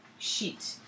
sheet